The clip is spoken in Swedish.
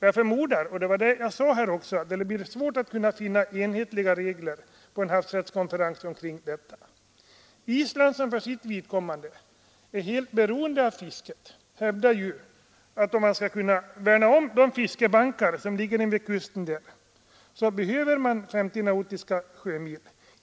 Jag förmodar — som jag också sade här — att det blir svårt för havsrättskonferenser att finna enhetliga regler för detta. Island, som är helt beroende av fisket, hävdar ju att om man skall kunna värna om de fiskebankar som ligger invid kusten där behöver man en gräns vid 50 sjömil.